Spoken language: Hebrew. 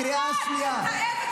תתביישי לך, נעמה.